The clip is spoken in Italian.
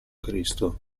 cristo